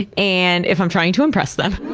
ah and if i'm trying to impress them,